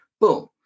boom